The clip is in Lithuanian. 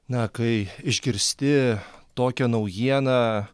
na kai išgirsti tokią naujieną